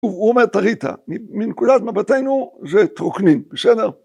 הוא אומר תריתה, מנקודת מבטנו זה תרוכנים, בסדר?